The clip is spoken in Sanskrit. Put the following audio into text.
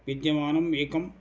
विद्यमानम् एकं